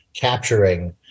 capturing